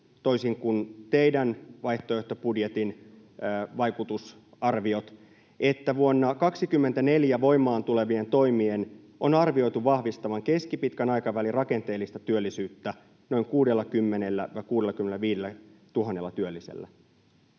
toisin kuin teidän vaihtoehtobudjetin vaikutusarviot — että vuonna 24 voimaan tulevien toimien on arvioitu vahvistavan keskipitkän aikavälin rakenteellista työllisyyttä noin 60 000—65 000 työllisellä?